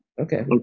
Okay